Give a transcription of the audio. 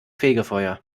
fegefeuer